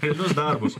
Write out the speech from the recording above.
realius darbus